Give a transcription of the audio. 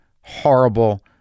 horrible